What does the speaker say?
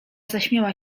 zaśmiała